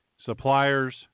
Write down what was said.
suppliers